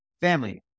family